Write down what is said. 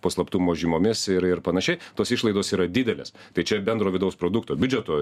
po slaptumo žymomis ir ir panašiai tos išlaidos yra didelės tai čia bendro vidaus produkto biudžeto